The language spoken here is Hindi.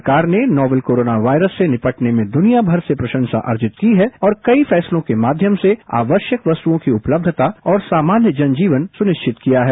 सरकार ने नोवेल कोरोना वायरस से निपटने में दुनिया भर से प्रशंसा अर्जित की है और कई फैसलों के माध्यम से आवश्यक वस्तुओं की उपलब्यता और सामान्य जन जीवन सुनिश्चित किया है